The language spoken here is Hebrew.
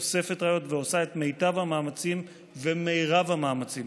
אוספת ראיות ועושה את מיטב המאמצים ומרב המאמצים